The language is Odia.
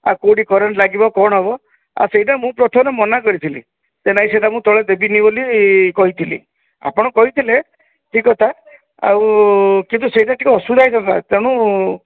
ଆଉ କୋଉଠି କରେଣ୍ଟ୍ ଲାଗିବ କ'ଣ ହେବ ଆଉ ସେଟା ମୁଁ ପ୍ରଥମେ ମନା କରିଥିଲି ସେ ନେଇ ମୁଁ ସେଇଟା ତଳେ ଦେବିନି ବୋଲି କହିଥିଲି ଆପଣ କହିଥିଲେ ଠିକ୍ କଥା ଆଉ କିନ୍ତୁ ସେଇଟା ଟିକେ ଅସୁବିଧା ହୋଇଥାନ୍ତା ତେଣୁ